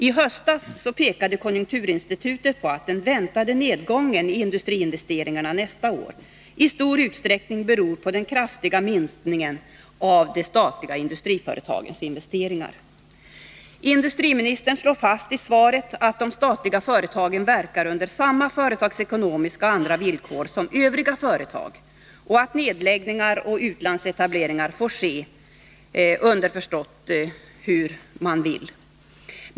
I höstas pekade konjunkturinstitutet på att den väntade nedgången i industriinvesteringarna nästa år i stor utsträckning beror på den kraftiga minskningen av de statliga industriföretagens investeringar. Industriministern slår i svaret fast att de statliga företagen verkar under samma företagsekonomiska och andra villkor som övriga företag och att — underförstått — nedläggningar och utlandsetableringar får ske hur som helst.